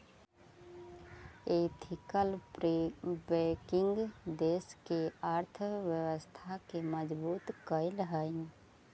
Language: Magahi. एथिकल बैंकिंग देश के अर्थव्यवस्था के मजबूत करऽ हइ